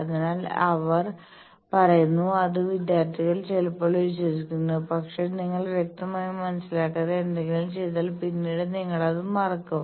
അതിനാൽ അവർ പറയുന്നു അത് വിദ്യാർത്ഥികൾ ചിലപ്പോൾ വിശ്വസിക്കുന്നു പക്ഷേ നിങ്ങൾ വ്യക്തമായും മനസ്സിലാക്കാതെ എന്തെങ്കിലും ചെയ്താൽ പിന്നീട് നിങ്ങൾ അത് മറക്കും